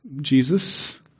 Jesus